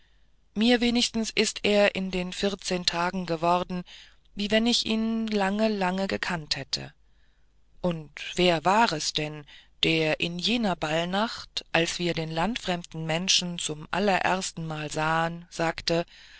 mir wenigstens ist es in den vierzehn tagen geworden wie wenn ich ihn lange lange gekannt hätte und wer war es denn der in jener ballnacht als wir den landfremden menschen zum allererstenmal sahen sagte